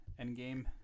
Endgame